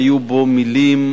היו בו מלים,